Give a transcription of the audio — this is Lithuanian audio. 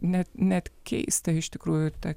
net net keista iš tikrųjų ta